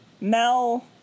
Mel